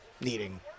needing